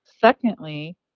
Secondly